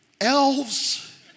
elves